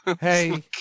hey